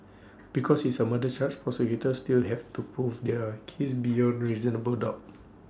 because is A murder charge prosecutors still have to prove their case beyond reasonable doubt